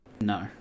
No